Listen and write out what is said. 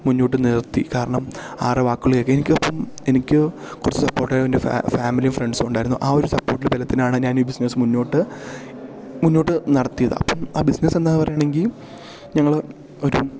മുന്നോട്ട് നിർത്തി കാരണം ആരുടെയും വാക്കുകൾ കേൾക്കേം എനിക്കൊപ്പം എനിക്കു കുറച്ച് സപ്പോട്ട് ആയി എൻ്റെ ഫാമിലിയും ഫ്രണ്ട്സും ഉണ്ടായിരുന്നു ആ ഒരു സപ്പോട്ടിലെ ബലത്തിനാണ് ഞാനീ ബിസ്നസ് മുന്നോട്ട് മുന്നോട്ട് നടത്തിയത് അപ്പം ആ ബിസ്നസ്സ് എന്താ പറയുകയാണെങ്കിൽ ഞങ്ങൾ ഒരു